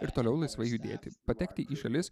ir toliau laisvai judėti patekti į šalis